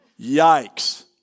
Yikes